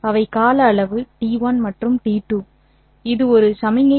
அவை கால அளவு t1 மற்றும் t2 இது ஒரு சமிக்ஞை